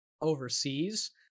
overseas